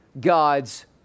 God's